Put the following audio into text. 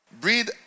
Breathe